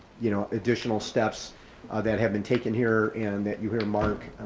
you know additional steps that have been taken here and that you hear mark,